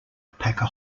packer